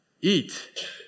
eat